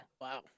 Wow